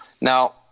Now